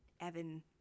Evan